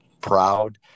proud